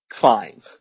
fine